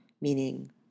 meaning